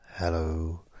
Hello